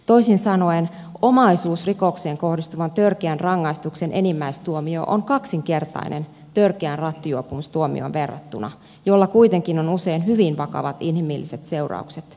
toisin sanoen omaisuusrikokseen kohdistuvan törkeän rangaistuksen enimmäistuomio on kaksinkertainen törkeään rattijuopumustuomioon verrattuna jolla kuitenkin on usein hyvin vakavat inhimilliset seuraukset